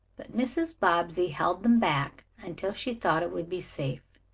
but mrs. bobbsey held them back until she thought it would be safe.